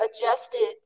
adjusted